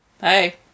Hey